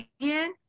again